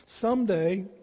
someday